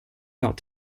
got